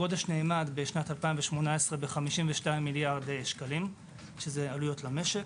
הגודש נאמד ב-2018 ב-52 מיליארד שקלים שזה עלויות למשק.